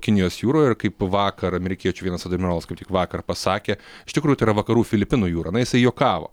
kinijos jūroje ir kaip vakar amerikiečių vienas admirolas kaip tik vakar pasakė iš tikrųjų tai yra vakarų filipinų jūra na jisai juokavo